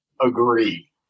agree